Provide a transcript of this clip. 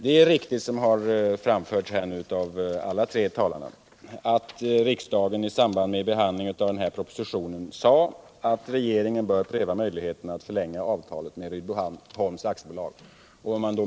Det är som alla de tre talarna framhållit riktigt att riksdagen i samband med behandlingen av den här propositionen uttalade att regeringen bör pröva möjligheterna att förlänga avtalet med Rydboholms AB.